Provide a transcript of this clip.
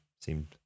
seemed